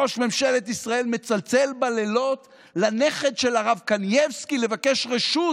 ראש ממשלת ישראל מצלצל בלילות לנכד של הרב קנייבסקי לבקש רשות